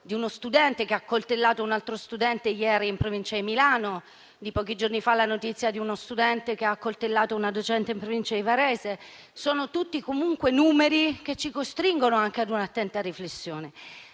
di uno studente che ha accoltellato un altro studente in provincia di Milano ed è di pochi giorni fa la notizia di uno studente che ha accoltellato una docente in provincia di Varese. Sono tutti numeri che ci costringono a un'attenta riflessione.